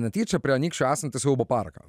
netyčia prie anykščių esantį siaubo parką